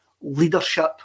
leadership